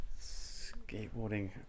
Skateboarding